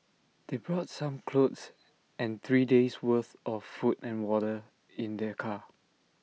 they brought some clothes and three days'worth of food and water in their car